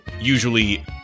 usually